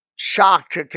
shocked